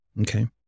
Okay